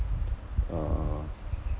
uh